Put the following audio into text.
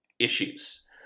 issues